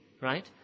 right